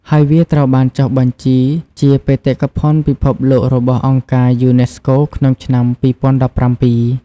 ហើយវាត្រូវបានចុះបញ្ជីជាបេតិកភណ្ឌពិភពលោករបស់អង្គការយូណេស្កូក្នុងឆ្នាំ ២០១៧។